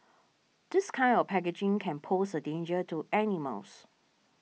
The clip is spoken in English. this kind of packaging can pose a danger to animals